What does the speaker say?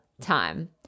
time